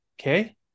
okay